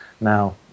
Now